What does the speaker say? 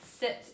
Sit